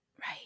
right